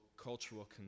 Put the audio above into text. cultural